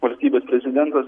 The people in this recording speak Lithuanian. valstybės prezidentas